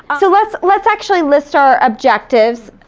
so let's let's actually list our objectives.